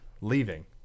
leaving